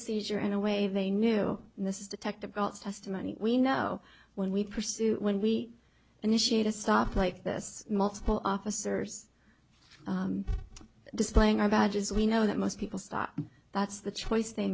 seizure in a way they knew and this is detectable testimony we know when we pursue when we initiate a stop like this multiple officers displaying our badges we know that most people stop that's the choice they